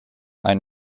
ein